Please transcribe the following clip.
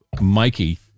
Mikey